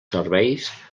serveis